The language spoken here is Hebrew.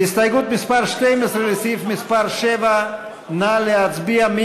הסתייגות מס' 12 לסעיף מס' 7. נא להצביע.